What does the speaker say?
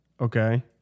Okay